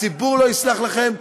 הציבור לא יסלח לכם,